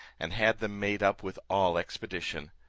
and had them made up with all expedition.